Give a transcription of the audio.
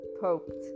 poked